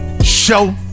show